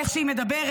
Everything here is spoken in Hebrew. איך שהיא מדברת,